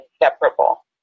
inseparable